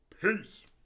Peace